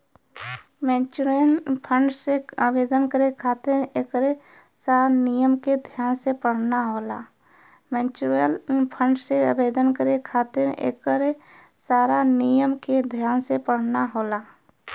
mutual fund में आवेदन करे खातिर एकरे सारा नियम के ध्यान से पढ़ना होला